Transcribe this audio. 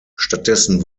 stattdessen